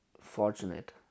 fortunate